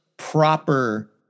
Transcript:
proper